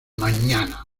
mañana